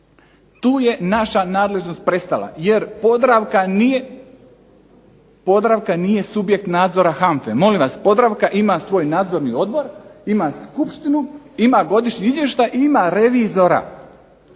Tu je naša nadležnost prestala jer Podravka nije subjekt nadzora HANFA-e, molim vas Podravka ima svoj nadzorni odbor, ima skupštinu, ima godišnji izvještaj i ima revizora.